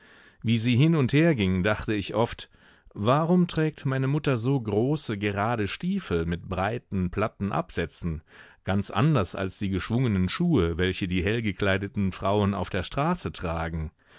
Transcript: wie sie hin und herging dachte ich oft warum trägt meine mutter so große gerade stiefel mit breiten platten absätzen ganz anders als die geschwungenen schuhe welche die hellgekleideten frauen auf der straße tragen